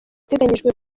iteganyijwe